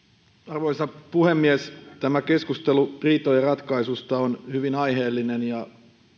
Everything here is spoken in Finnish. arvoisa puhemies tämä keskustelu riitojen ratkaisusta on hyvin aiheellinen ehkä me